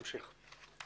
נמשיך.